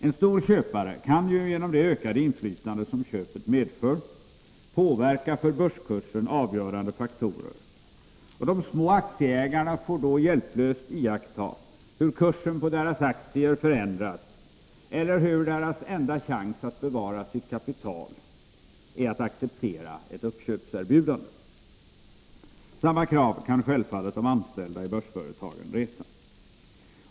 En stor köpare kan ju genom det ökade inflytande som köpet medför påverka för börskursen avgörande faktorer, och de små aktieägarna får då hjälplöst iaktta hur kursen på deras aktier förändras eller hur deras enda chans att bevara sitt kapital är att acceptera ett uppköpserbjudande. Samma krav som de kan självfallet de anställda i börsföretagen resa.